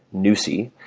nusi,